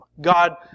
God